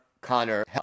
Connor